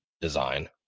design